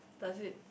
does it